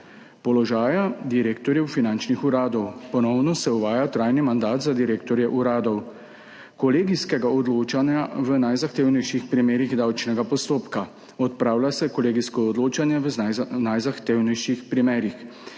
položaja direktorjev finančnih uradov. Ponovno se uvaja trajni mandat za direktorje uradov kolegijskega odločanja v najzahtevnejših primerih davčnega postopka. Odpravlja se kolegijsko odločanje v najzahtevnejših primerih.